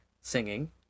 singing